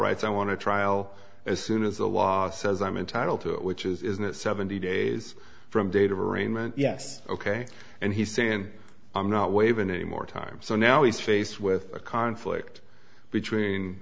rights i want to trial as soon as the law says i'm entitled to it which isn't it seventy days from day to arraignment yes ok and he's saying i'm not waiving any more time so now he's faced with a conflict between